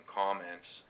comments